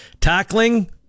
tackling